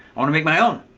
i wanna make my own,